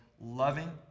loving